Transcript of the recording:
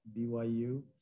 BYU